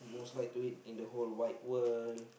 most like to eat in the whole wide world